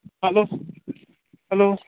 hello hello